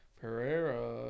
Pereira